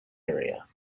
area